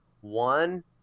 One